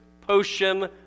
potion